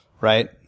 right